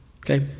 okay